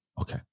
okay